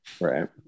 right